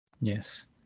Yes